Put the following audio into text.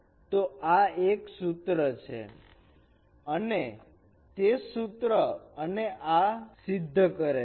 તો આ એક સૂત્ર છે અને તે સૂત્ર અને આ સિદ્ધ કરે છે